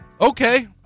Okay